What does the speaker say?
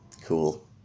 Cool